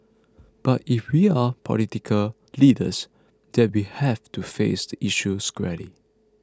but if we are political leaders then we have to face the issue squarely